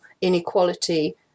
inequality